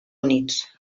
units